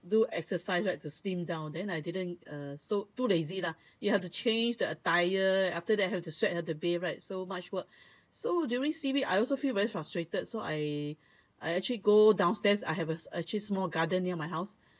do exercise right to slim down then I didn't uh so too lazy lah you have to change the attire after that have to sweat have to bathe right so much work so during C_B I also feel very frustrated so I I actually go downstairs I have a a small garden near my house